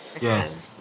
Yes